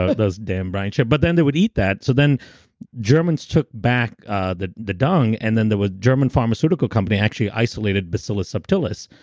ah those damn brine shrimp. but then they would eat that, so then germans took back ah the the dung and then there was german pharmaceutical company actually isolated bacillus subtilis,